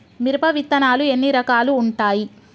మిరప విత్తనాలు ఎన్ని రకాలు ఉంటాయి?